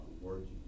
words